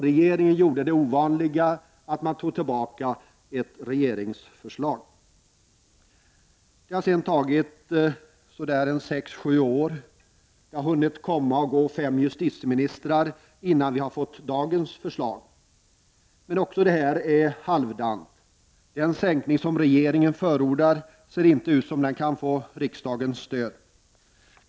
Regeringen vidtog alltså den ovanliga åtgärden att dra tillbaka en proposition. Det har sedan förflutit sex år och fem justitieministrar har hunnit komma och gå innan vi har fått dagens förslag. Men också det är halvdant. Den sänkning som regeringen förordar ser inte ut att få riksdagens stöd.